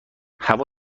هوا